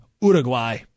Uruguay